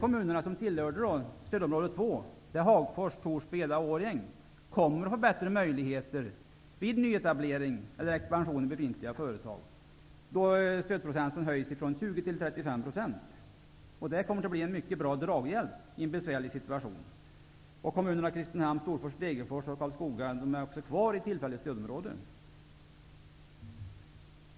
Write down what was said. kommer att få bättre möjligheter vid nyetablering eller expansion i befintliga företag -- stödprocenten höjs från 20 % till 35 %. Det kommer att bli en mycket bra draghjälp i en besvärlig situation. Kommunerna Kristinehamn, Storfors, Degerfors och Karlskoga får också vara kvar i tillfälligt stödområde.